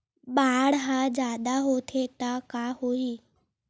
बाढ़ ह जादा होथे त का होही?